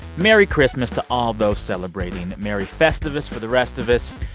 merry christmas to all those celebrating. merry festivus for the rest of us.